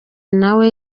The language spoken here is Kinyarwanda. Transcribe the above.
nawe